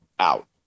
Out